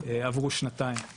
עברו שנתיים,